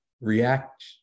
React